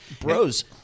bros